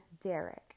Derek